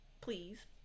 please